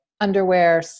underwear